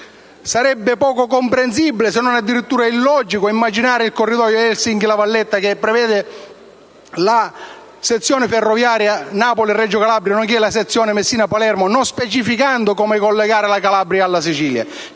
sarebbe poco comprensibile, se non illogico, immaginare il corridoio Helsinki-La Valletta, che prevede la sezione ferroviaria Napoli-Reggio Calabria, nonché la sezione Messina-Palermo, non specificando come collegare la Calabria alla Sicilia.